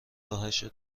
راهش